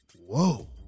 Whoa